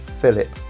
Philip